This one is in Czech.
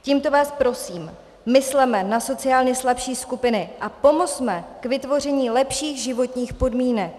Tímto vás prosím, mysleme na sociálně slabší skupiny a pomozme k vytvoření lepších životních podmínek.